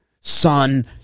son